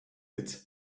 its